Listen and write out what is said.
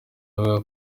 avuga